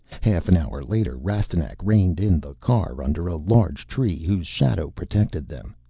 half an hour later rastignac reined in the car under a large tree whose shadow protected them.